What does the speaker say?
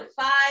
five